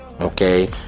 okay